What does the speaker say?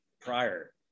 prior